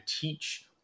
teach